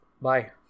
Bye